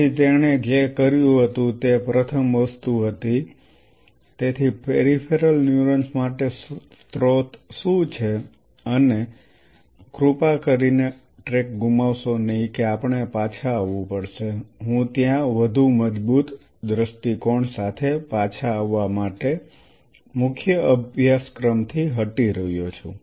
તેથી તેણે જે કર્યું હતું તે પ્રથમ વસ્તુ હતી તેથી પેરિફેરલ ન્યુરોન્સ માટે સ્રોત શું છે અને કૃપા કરીને ટ્રેક ગુમાવશો નહીં કે આપણે પાછા આવવું પડશે હું ત્યાં વધુ મજબૂત દ્રષ્ટિકોણ સાથે પાછા આવવા માટે મુખ્ય અભ્યાસક્રમથી હટી રહ્યો છું